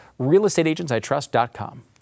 realestateagentsitrust.com